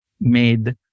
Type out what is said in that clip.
made